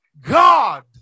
God